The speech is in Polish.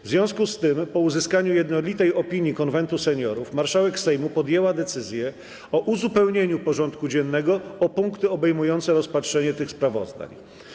W związku z tym, po uzyskaniu jednolitej opinii Konwentu Seniorów, marszałek Sejmu podjęła decyzję o uzupełnieniu porządku dziennego o punkty obejmujące rozpatrzenie tych sprawozdań.